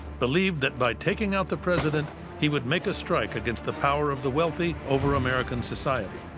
believed that by taking out the president he would make a strike against the power of the wealthy over american society.